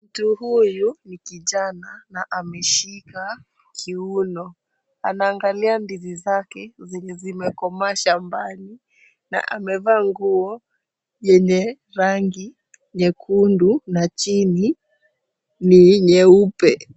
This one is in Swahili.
Mtu huyu kijana na ameshika kiuno anaangalia ndizi zake zenye zimekomaa shambani na amevaa nguo yenye rangi nyekundu na chini ni nyeupe.